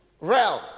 realm